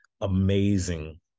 amazing